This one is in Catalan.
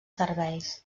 serveis